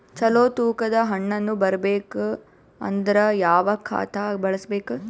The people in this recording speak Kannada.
ಚಲೋ ತೂಕ ದ ಹಣ್ಣನ್ನು ಬರಬೇಕು ಅಂದರ ಯಾವ ಖಾತಾ ಬಳಸಬೇಕು?